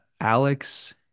Alex